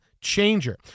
changer